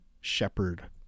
shepherd